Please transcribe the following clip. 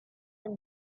and